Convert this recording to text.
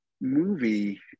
movie